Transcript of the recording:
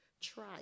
try